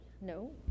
No